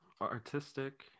artistic